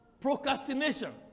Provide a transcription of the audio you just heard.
procrastination